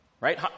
right